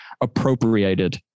appropriated